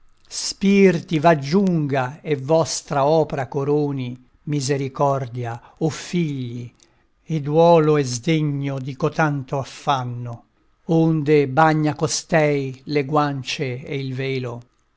cielo spirti v'aggiunga e vostra opra coroni misericordia o figli e duolo e sdegno di cotanto affanno onde bagna costei le guance e il velo